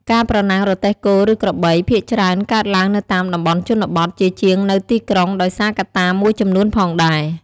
ការប្រណាំងរទេះគោឬក្របី ភាគច្រើនកើតឡើងនៅតាមតំបន់ជនបទ ជាជាងនៅទីក្រុង ដោយសារកត្តាមួយចំនួនផងដែរ។